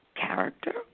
character